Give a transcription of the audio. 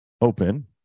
open